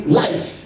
life